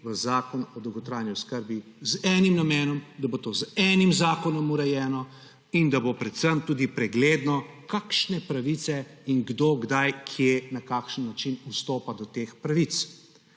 v zakon o dolgotrajni oskrbi z enim namenom: da bo to z enim zakonom urejeno in da bo predvsem tudi pregledno, kakšne pravice in kdo, kdaj, kje, na kakšen način vstopa do teh pravic.